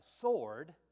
sword